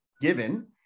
given